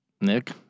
Nick